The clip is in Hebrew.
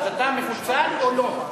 אז אתה מפוצל או לא?